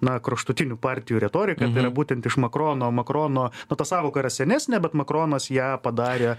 na kraštutinių partijų retorika tai yra būtent iš makrono makrono na ta sąvoka yra senesnė bet makronas ją padarė